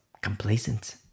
Complacent